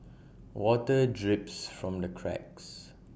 water drips from the cracks